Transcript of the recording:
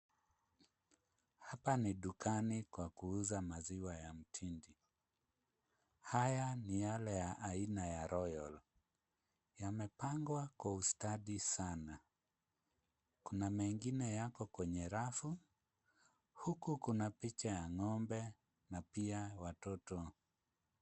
Hapa ni dukani kwa kuuza maziwa ya mtindi. Haya ni yale ya aina ya royal. Yamepangwa kwa ustadi sana. Kuna mengine yako kwenye rafu huku kuna picha ya ng'ombe na pia watoto.